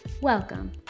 Welcome